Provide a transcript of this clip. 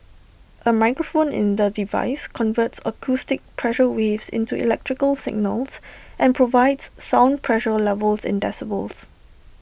A microphone in the device converts acoustic pressure waves into electrical signals and provides sound pressure levels in decibels